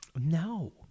No